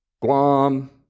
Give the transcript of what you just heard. Guam